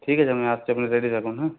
ঠিক আছে আমি আসছি আপনি রেডি থাকুন হ্যাঁ